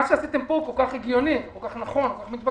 מה שעשיתם כאן כל כך הגיוני וכל כך נכון ומתבקש.